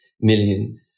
million